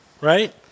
Right